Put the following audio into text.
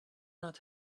not